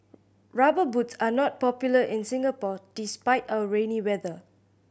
Rubber Boots are not popular in Singapore despite our rainy weather